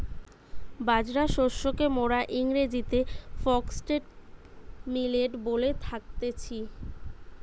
বাজরা শস্যকে মোরা ইংরেজিতে ফক্সটেল মিলেট বলে থাকতেছি